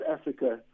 Africa